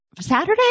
Saturday